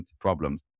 problems